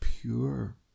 pure